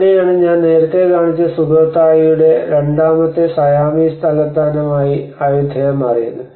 അവിടെയാണ് ഞാൻ നേരത്തെ കാണിച്ച സുഖോത്തായിയുടെ രണ്ടാമത്തെ സയാമീസ് തലസ്ഥാനമായി അയ്യൂതയ മാറിയത്